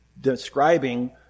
describing